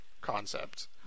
concept